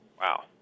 Wow